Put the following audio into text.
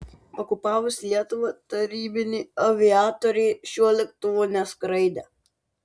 okupavus lietuvą tarybiniai aviatoriai šiuo lėktuvu neskraidė